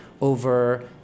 over